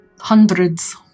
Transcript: Hundreds